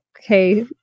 Okay